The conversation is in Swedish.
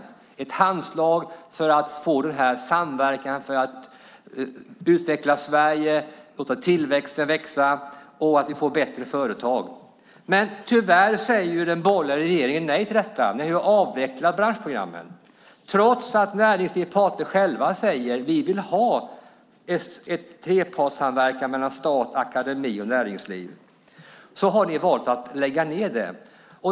Det var ett handslag för att få samverkan för att utveckla Sverige, få att tillväxten öka och få bättre företag. Men tyvärr säger den borgerliga regeringen nej till detta. Ni har avvecklat branschprogrammen. Trots att näringslivets parter själva säger att de vill ha en trepartssamverkan mellan stat, akademi och näringsliv har ni valt att lägga ned detta.